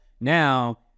Now